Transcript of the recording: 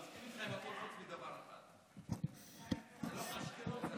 אני מסכים איתך בכול חוץ מדבר אחד, לא אשקלון,